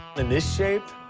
in this shape?